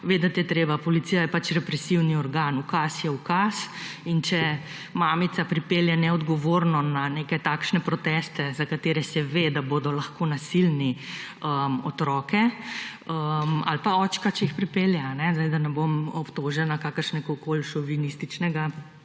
Vedeti je treba, policija je pač represivni organ. Ukaz je ukaz in če mamica pripelje neodgovorno na neke takšne proteste, za katere se ve, da bodo lahko nasilni, otroke, ali pa očka, če jih pripelje, a ne, zdaj da ne bom obtožena kakršnega koli šovinističnega